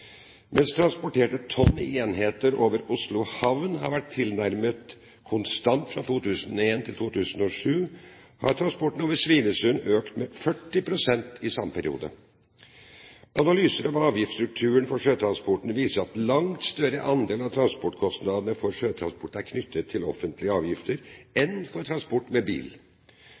Mens transporterte tonn i enhetslaster over Oslo havn har vært tilnærmet konstant fra 2001 til 2007, har transporten over Svinesund økt med 40 pst. i samme periode. Analyser av avgiftsstrukturen for sjøtransporten viser at det er en langt større andel av transportkostnadene for sjøtransport som er knyttet til offentlige avgifter, enn andelen er for transport med bil.